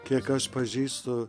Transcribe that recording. kiek aš pažįstu